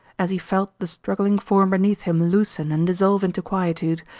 as he felt the struggling form beneath him loosen and dissolve into quietude,